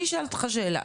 אני אשאל אותך שאלה,